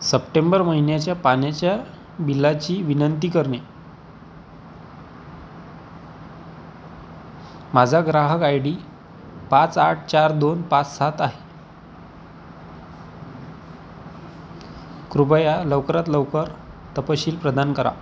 September महिन्याच्या पाण्याच्या बिलाची विनंती करणे माझा ग्राहक आय डी पाच आठ चार दोन पाच सात आहे कृपया लवकरात लवकर तपशील प्रदान करा